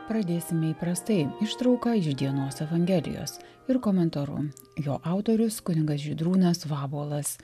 pradėsime įprastai ištrauka iš dienos evangelijos ir komentaru jo autorius kunigas žydrūnas vabuolas